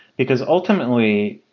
because ultimately,